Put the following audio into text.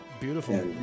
beautiful